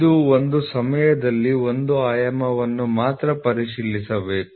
ಇದು ಒಂದು ಸಮಯದಲ್ಲಿ ಒಂದು ಆಯಾಮವನ್ನು ಮಾತ್ರ ಪರಿಶೀಲಿಸಬೇಕು